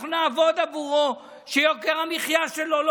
אנחנו נעבוד עבורו שיוקר המחיה שלו לא